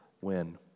win